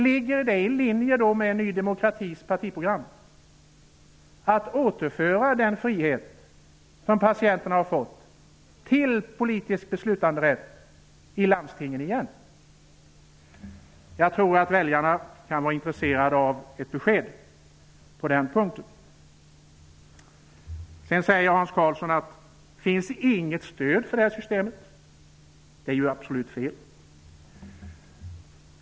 Ligger det i linje med Ny demokratis partiprogram att återföra den frihet som patienterna har fått till en politisk beslutanderätt i landstingen? Jag tror att väljarna kan vara intresserade av ett besked på den punkten. Hans Karlsson säger att det inte finns något stöd för detta system. Det är absolut fel.